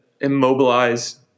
immobilize